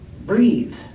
breathe